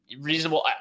Reasonable